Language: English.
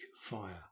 fire